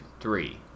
three